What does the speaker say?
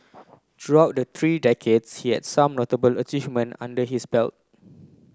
throughout the three decades he has some notable achievement under his belt